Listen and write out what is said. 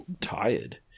tired